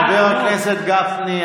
חבר הכנסת גפני,